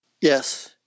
Yes